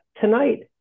tonight